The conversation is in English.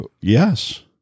Yes